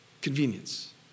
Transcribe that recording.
Convenience